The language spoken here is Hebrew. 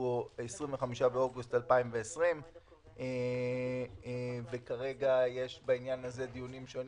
25 באוגוסט 2020. כרגע יש בעניין הזה דיונים שונים,